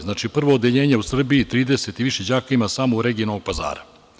Znači, prvo odeljenje u Srbiji 30 i više đaka ima samo u regiji Novog Pazara.